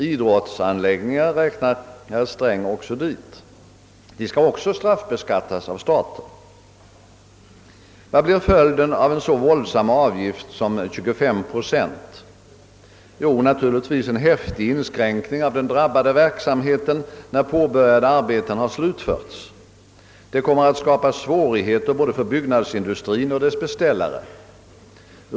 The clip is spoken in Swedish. Idrottsanläggningar räknar herr Sträng också dit. De skall också straffbeskattas av staten. Vad blir följden av en så våldsamt hög avgift som 25 procent? Jo, naturligtvis en häftig inskränkning i den drabbade verksamheten, när påbörjade arbeten slutförts. Det kommer att skapas svårigheter både för byggnadsindustrien och dess beställare.